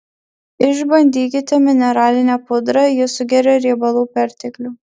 išbandykite mineralinę pudrą ji sugeria riebalų perteklių